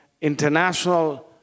international